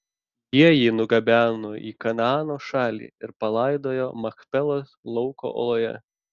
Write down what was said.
jie jį nugabeno į kanaano šalį ir palaidojo machpelos lauko oloje